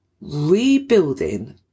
rebuilding